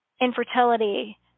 infertility